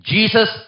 Jesus